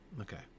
Okay